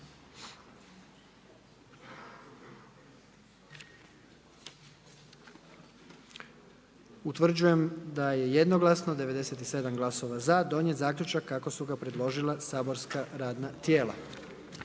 Utvrđujem da jednoglasno, sa 96 glasova za, donijeti zaključak kako su ga predložila saborskog radna tijela.